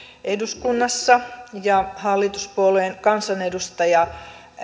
eduskunnassa ja hallituspuolueen kansanedustaja